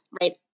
right